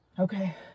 Okay